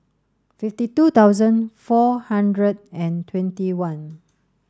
fifty two thousand four hundred and twenty one